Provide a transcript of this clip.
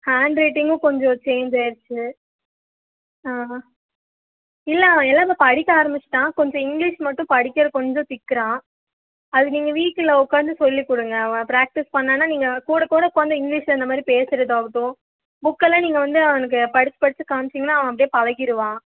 ஹேண்ட்ரயிட்டிங்கும் கொஞ்சம் சேஞ்சாகிடுச்சு ஆ ஆ இல்லை எல்லாம் இப்போ படிக்க ஆரம்பிச்சிட்டான் கொஞ்சம் இங்கிலிஷ் மட்டும் படிக்க கொஞ்சம் திக்குகிறான் அது நீங்கள் வீட்டில் உக்காந்து சொல்லிகொடுங்க அவன் பிராக்ட்டீஸ் பண்ணானா நீங்கள் கூட கூட உக்காந்து இங்கிலிஷில் அந்தமாதிரி பேசுகிறதாகட்டும் புக்கு எல்லாம் நீங்கள் வந்து அவனுக்கு படித்து படித்து காமிச்சிங்கன்னால் அவன் அப்படியே பழகிடுவான்